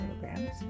programs